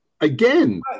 again